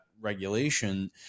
regulation